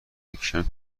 نکشم